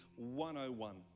101